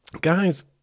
Guys